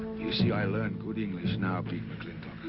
you see, i learn good english now, big mclintock.